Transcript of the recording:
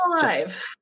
alive